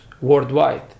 worldwide